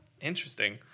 Interesting